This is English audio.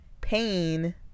pain